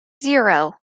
zero